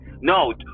No